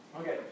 okay